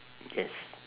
yes